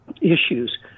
issues